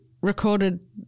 recorded